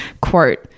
Quote